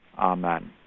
amen